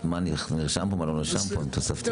מה נרשם ומה לא נרשם פה עם תוספתיות.